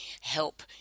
help